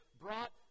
brought